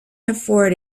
afford